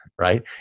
right